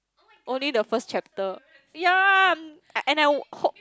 only the first chapter yea and I hope